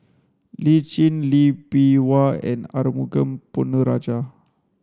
Lee Tjin Lee Bee Wah and Arumugam Ponnu Rajah